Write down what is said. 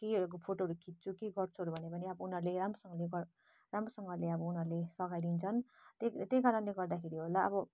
केहीहरूको फोटोहरू खिच्छु कि केही गर्छु भन्यो भने अब उनीहरूले राम्रोसँगले गरा राम्रोसँगले अब उनीहरूले सघाइदिन्छन् त्यही त्यही कारणले गर्दाखेरि होला अब